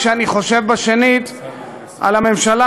כשאני חושב בשנית על הממשלה,